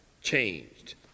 changed